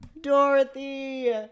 Dorothy